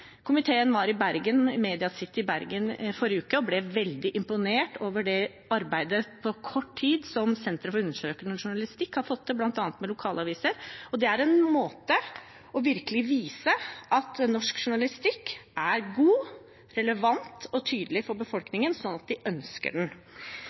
Komiteen var i Bergen, i Media City Bergen, i forrige uke og ble veldig imponert over det arbeidet som Senter for undersøkende journalistikk på kort tid har fått til med bl.a. lokalaviser. Det er en måte virkelig å vise for befolkningen at norsk journalistikk er god, relevant og tydelig,